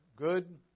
good